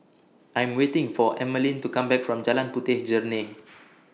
I Am waiting For Emmaline to Come Back from Jalan Puteh Jerneh